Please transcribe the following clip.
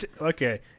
Okay